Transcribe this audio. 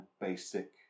basic